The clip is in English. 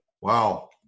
wow